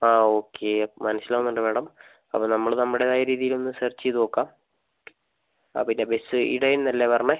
ആ ഓക്കേ മനസ്സിലാവുന്നുണ്ട് മാഡം അപ്പോൾ നമ്മൾ നമ്മുടേതായ രീതിയിൽ ഒന്ന് സെർച്ച് ചെയ്തുനോക്കാം ആ പിന്നെ ബസ് ഇടയൻ എന്നല്ലേ പറഞ്ഞത്